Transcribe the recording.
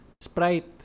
sprite